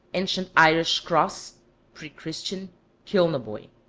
ancient irish cross pre-christian kilnaboy.